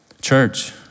Church